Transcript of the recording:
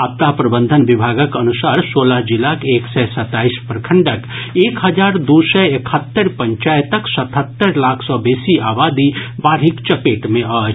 आपदा प्रबंधन विभागक अनुसार सोलह जिलाक एक सय सताईस प्रखंडक एक हजार दू सय एकहत्तररि पंचायतक सतहत्तरि लाख सॅ बेसी आबादी बाढ़िक चपेट मे अछि